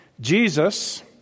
Jesus